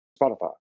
Spotify